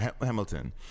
Hamilton